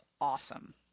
awesome